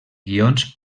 guions